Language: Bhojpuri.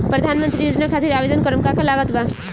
प्रधानमंत्री योजना खातिर आवेदन करम का का लागत बा?